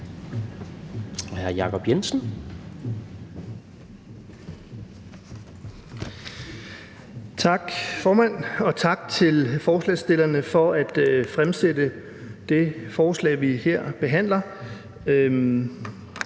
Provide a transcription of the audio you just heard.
Tak, formand. Og tak til forslagsstillerne for at fremsætte det forslag, vi her behandler.